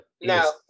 no